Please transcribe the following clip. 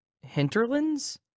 hinterlands